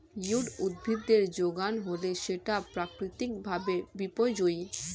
weed উদ্ভিদের যোগান হলে সেটা প্রাকৃতিক ভাবে বিপর্যোজী